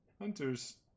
hunters